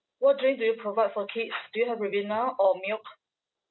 what drinks do you provide for kids do you have Ribena or milk